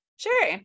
Sure